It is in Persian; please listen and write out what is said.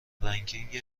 رنکینگ